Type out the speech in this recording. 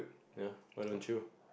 ya why don't you